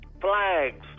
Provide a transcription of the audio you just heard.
Flags